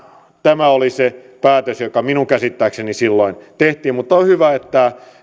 tämä oli se päätös joka minun käsittääkseni silloin tehtiin mutta on hyvä että